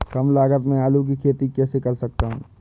कम लागत में आलू की खेती कैसे कर सकता हूँ?